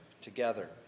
together